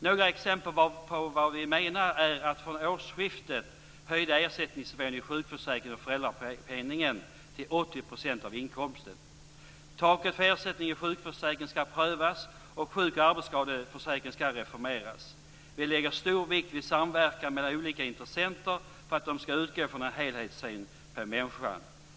Några exempel på vad vi menar är att vi från årsskiftet höjde ersättningsnivån i sjukförsäkringen och föräldrapenningen till 80 % av inkomsten. Vidare skall taket för ersättning i sjukförsäkringen prövas, och sjuk och arbetsskadeförsäkringen skall reformeras. Vi lägger stor vikt vid samverkan mellan olika intressenter för att de skall utgå från en helhetssyn på människan.